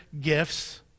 gifts